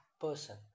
person